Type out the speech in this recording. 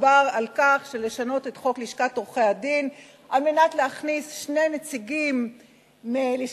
על שינוי חוק לשכת עורכי-הדין על מנת להכניס שני נציגים מלשכת